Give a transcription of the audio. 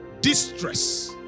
distress